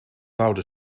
bouwde